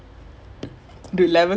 stop